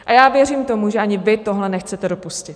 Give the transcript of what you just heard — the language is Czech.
A já věřím tomu, že ani vy tohle nechcete dopustit.